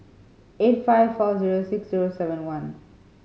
eight five four zero six zero seven one